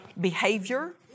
behavior